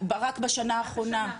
רק בשנה האחרונה.